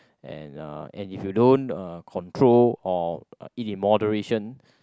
and uh and if you don't uh control or eat in moderation